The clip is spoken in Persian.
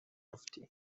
افتی